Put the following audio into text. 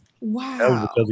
Wow